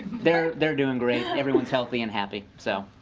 they're they're doing great. everyone is healthy and happy. so